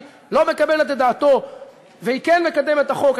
לא מקבלת את דעתו והיא מקדמת את החוק,